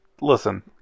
Listen